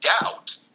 doubt